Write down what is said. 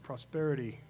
prosperity